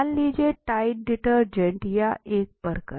मान लीजिए Tide detergent या एक बर्गर